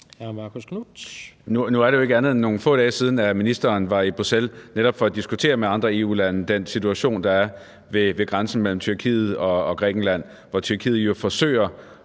Marcus Knuth (KF): Nu er det jo ikke mere end nogle få dage siden, at ministeren var i Bruxelles for at diskutere med andre EU-lande, altså diskutere netop den situation, der er ved grænsen mellem Tyrkiet og Grækenland, hvor Tyrkiet jo forsøger